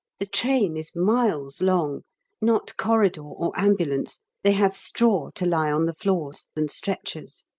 the train is miles long not corridor or ambulance they have straw to lie on the floors and stretchers.